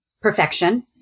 perfection